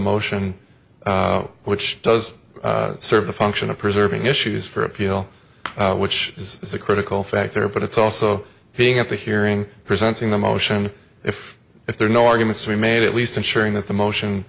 motion which does serve the function of preserving issues for appeal which is the critical factor but it's also being at the hearing presenting the motion if if there are no arguments to be made at least ensuring that the motion